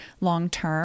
long-term